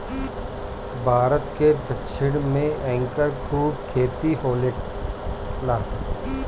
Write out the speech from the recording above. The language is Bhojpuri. भारत के दक्षिण में एकर खूब खेती होखेला